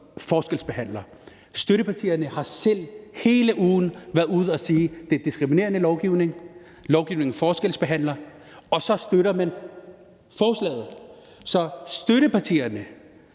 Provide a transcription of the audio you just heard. forskelsbehandler. Støttepartierne har selv hele ugen været ude at sige, at det er diskriminerende lovgivning, og at lovgivningen forskelsbehandler, og så støtter man forslaget. Så modsat